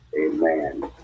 amen